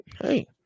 hey